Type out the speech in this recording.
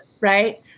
right